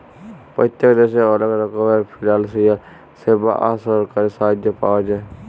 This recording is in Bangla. পত্তেক দ্যাশে অলেক রকমের ফিলালসিয়াল স্যাবা আর সরকারি সাহায্য পাওয়া যায়